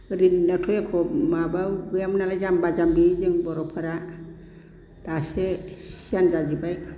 गोदोनि दिनावथ' एख' माबाबो गैयामोन नालाय जाम्बा जाम्बि जों बर'फोरा दासो सियान जाजोबबाय